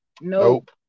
Nope